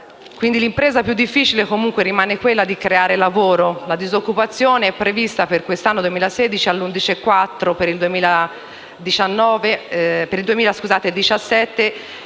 L'impresa più difficile rimane comunque quella di creare lavoro. La disoccupazione è prevista per quest'anno all'11,4 per cento;